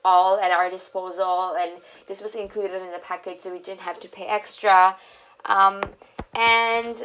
all at our disposal and this was included in the package and we didn't have to pay extra um and